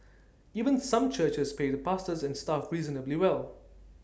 even some churches pay the pastors and staff reasonably well